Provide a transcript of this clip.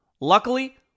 Luckily